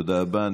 תודה רבה.